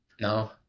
No